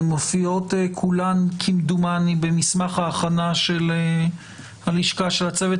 הן מופיעות כולן כמדומני במסמך ההכנה של הלשכה של הצוות